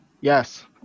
Yes